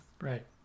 Right